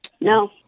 No